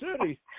City